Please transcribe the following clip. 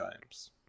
times